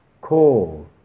call